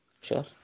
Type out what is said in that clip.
sure